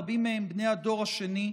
רבים מהם בני הדור השני,